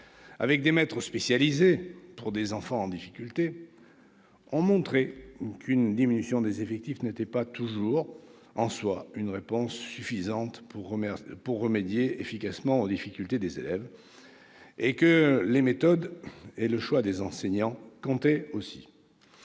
avec des maîtres spécialisés pour des enfants en difficulté, ont montré qu'une diminution des effectifs n'était pas toujours une réponse suffisante pour remédier efficacement aux problèmes des élèves, et que les méthodes et le choix des enseignants comptaient aussi.